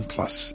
Plus